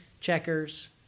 checkers